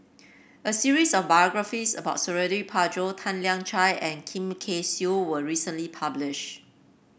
a series of biographies about Suradi Parjo Tan Lian Chye and Kim Kay Siu was recently publish